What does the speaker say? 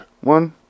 one